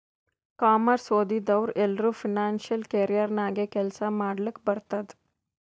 commerce ಓದಿದವ್ರು ಎಲ್ಲರೂ financial career ನಾಗೆ ಕೆಲ್ಸಾ ಮಾಡ್ಲಕ್ ಬರ್ತುದ್